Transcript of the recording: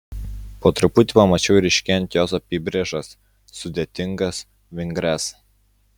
po truputį pamačiau ryškėjant jos apybrėžas sudėtingas vingrias